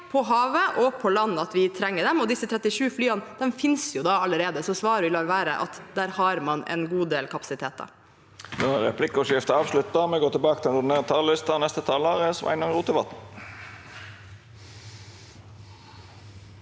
på havet og på land at vi trenger dem. Disse 37 flyene finnes allerede, så svaret vil vel være at man har en god del kapasiteter